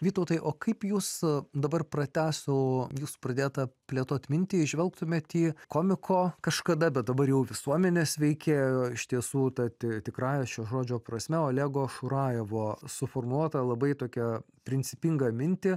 vytautai o kaip jūs dabar pratęs su jūsų pradėta plėtoti mintį įžvelgtumėme tie komiko kažkada bet dabar jau visuomenės veikėjo iš tiesų tad tikrąja šio žodžio prasme olego šurajevo suformuota labai tokia principingą mintį